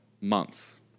months